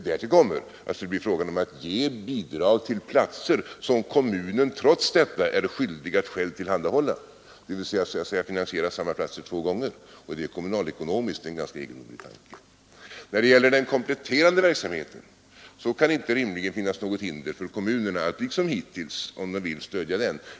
Därtill kommer att det skulle bli fråga om att ge bidrag till platser som kommunen trots detta är skyldig att själv tillhandahålla, dvs. kommunen skulle finansiera samma platser två gånger, vilket kommunalekonomiskt är en ganska egendomlig tanke. Det kan rimligen inte finnas några hinder för kommunerna att liksom hittills stödja den kompletterande förskoleverksamheten.